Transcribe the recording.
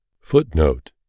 Footnote